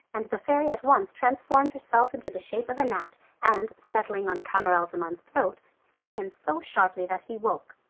and the fairy at once transformed herself into the shape of a gnat and settling on camaralzaman's throat stung him so sharply that he awoke.